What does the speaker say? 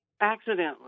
Accidentally